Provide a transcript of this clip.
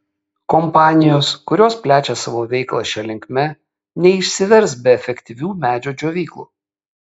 kompanijos kurios plečia savo veiklą šia linkme neišsivers be efektyvių medžio džiovyklų